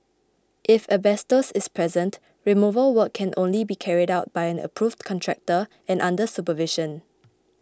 if asbestos is present removal work can only be carried out by an approved contractor and under supervision